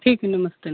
ठीक है नमस्ते